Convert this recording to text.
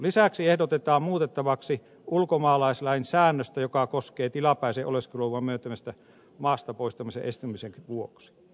lisäksi ehdotetaan muutettavaksi ulkomaalaislain säännöstä joka koskee tilapäisen oleskeluluvan myöntämistä maastapoistamisen estämisen vuoksi